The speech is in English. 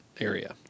area